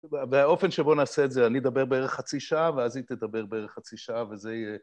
באופן שבו נעשה את זה, אני אדבר בערך חצי שעה ואז היא תדבר בערך חצי שעה וזה יהיה...